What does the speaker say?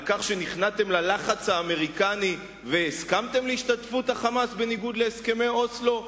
על כך שנכנעתם ללחץ האמריקני והסכמתם להשתתפות ה"חמאס" בבחירות,